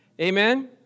Amen